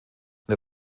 der